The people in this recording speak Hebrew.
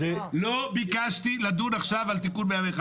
------ לא ביקשתי לדון עכשיו על תיקון 101,